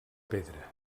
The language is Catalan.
pedra